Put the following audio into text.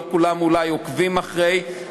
לא כולם אולי עוקבים אחרי,